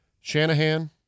Shanahan